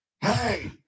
hey